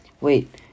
Wait